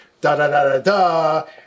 da-da-da-da-da